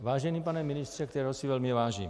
Vážený pane ministře, kterého si velmi vážím.